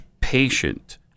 patient